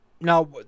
Now